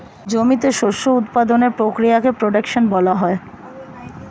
জমিতে শস্য উৎপাদনের প্রক্রিয়াকে প্রোডাকশন বলা হয়